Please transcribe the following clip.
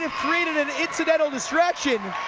created an incidental distraction